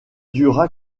durera